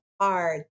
hard